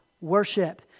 worship